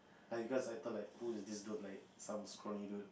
I because I thought like who is this dude like some scrawny dude